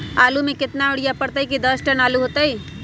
आलु म केतना यूरिया परतई की दस टन आलु होतई?